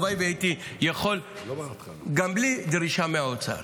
הלוואי שהייתי יכול גם בלי דרישה מהאוצר.